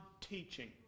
teaching